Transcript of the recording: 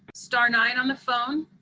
star nine on the phone,